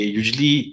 usually